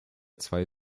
zwei